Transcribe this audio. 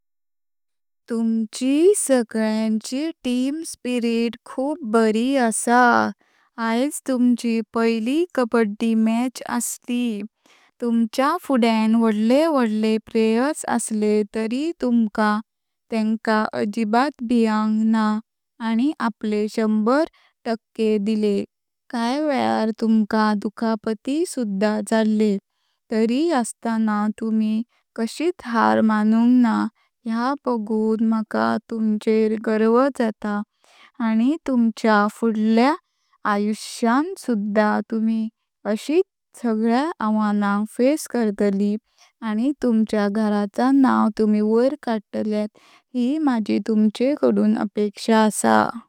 तुमची सगळ्यांची team spirit खूप बरी आसा। आयज तुमची पहली कब्बडी मॅच आासली। तुमच्या फुडया वोडले वोडले प्लेयर्स आासले तरीय तुमी तेंका अजीबात भीयेन्क ना आणी आपले शंभर टक्के दिले। काय वेळार तुमका दुखापती सुद्धा जाले तरीय आास्ताना तुमी काशीट हार मानुंक ना ह्या बगून मका तुमचेर गर्व जाता आनी तुमच्या फुडल्या आयुष्यान सुद्धा तुमी आाशीत सगळ्या आव्हानांक फेस करताली आनी तुमच्या घराचा नाव तुमी वैर कडतल्यात ह्यीय माझी तुमचे कडसून अपेक्षा आसा।